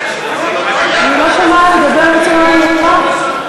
אני לא שומעת, תדבר בצורה ברורה.